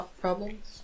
problems